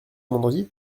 vendredi